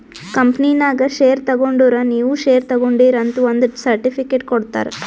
ಕಂಪನಿನಾಗ್ ಶೇರ್ ತಗೊಂಡುರ್ ನೀವೂ ಶೇರ್ ತಗೊಂಡೀರ್ ಅಂತ್ ಒಂದ್ ಸರ್ಟಿಫಿಕೇಟ್ ಕೊಡ್ತಾರ್